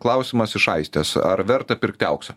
klausimas iš aistės ar verta pirkti auksą